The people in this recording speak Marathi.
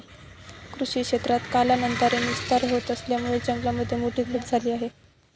कृषी क्षेत्रात कालांतराने विस्तार होत असल्यामुळे जंगलामध्ये मोठी घट झाली आहे